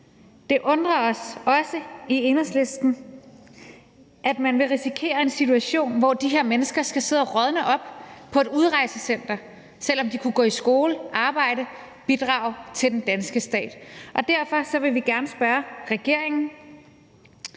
Det undrer os også i Enhedslisten, at man vil risikere en situation, hvor de her mennesker skal sidde og rådne op på et udrejsecenter, selv om de kunne gå i skole, arbejde og bidrage til den danske stat. Derfor vil vi gerne spørge regeringen: